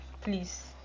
please